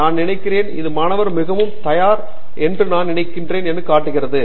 நான் நினைக்கிறேன் இது மாணவர் மிகவும் தயார் என்று நான் நினைக்கிறேன் என்று காட்டுகிறது